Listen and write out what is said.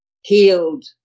healed